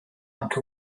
anche